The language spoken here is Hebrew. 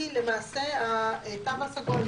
היא למעשה התו הסגול.